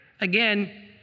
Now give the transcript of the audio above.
Again